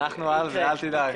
אנחנו על זה, אל תדאג.